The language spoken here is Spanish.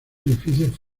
edificios